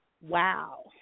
Wow